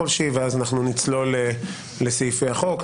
ואז נצלול לסעיפי החוק,